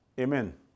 Amen